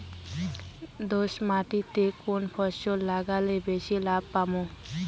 দোয়াস মাটিতে কুন ফসল লাগাইলে বেশি লাভ পামু?